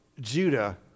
Judah